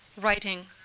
writing